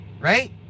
Right